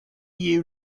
you